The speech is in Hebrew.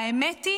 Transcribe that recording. האמת היא